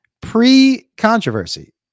pre-controversy